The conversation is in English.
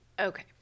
Okay